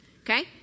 Okay